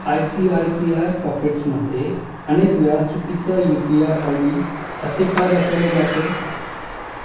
I C I C I पॉकेट्समध्ये अनेक वेळा चुकीचा U P I I D असे का दाखवले जाते